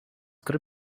gotta